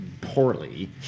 poorly